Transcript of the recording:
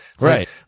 Right